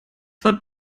war